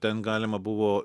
ten galima buvo